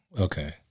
Okay